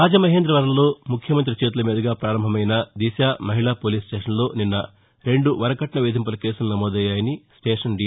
రాజమహేంద్రవరంలో ముఖ్యమంత్రి చేతుల మీదుగా ప్రారంభమైన దిశ మహిళా పోలీస్ స్టేషన్లో నిన్న రెండు వరకట్న వేధింపుల కేసులు నమోదయ్యాయని స్లేషన్ డీ